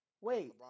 Wait